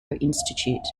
institute